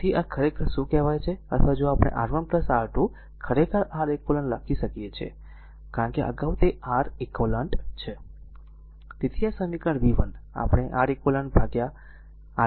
તેથી આ ખરેખર r શું કહેવાય છે અથવા જો આપણે R1 R2 ખરેખર R eq લખી શકીએ કારણ કે અગાઉ તે R Req છે